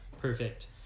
Perfect